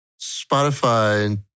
Spotify